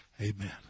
Amen